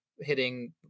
hitting